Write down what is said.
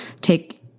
take